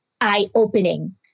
eye-opening